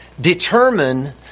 Determine